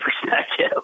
perspective